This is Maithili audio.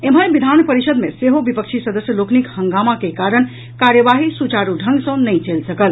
एम्हर विधान परिषद् मे सेहो विपक्षी सदस्य लोकनिक हंगामा के कारण कार्यवाही सुचारू ढंग सॅ नहि चलि सकल